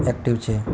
active છે